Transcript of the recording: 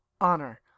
honor